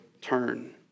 turn